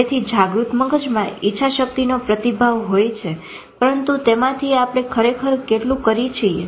તેથી જાગૃત મગજમાં ઈચ્છાશક્તિનો પ્રતિભાવ હોય છે પરંતુ તેમાંથી આપણે ખરેખર કેટલું કરીએ છીએ